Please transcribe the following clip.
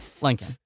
Lincoln